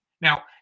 Now